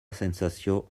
sensació